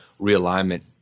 realignment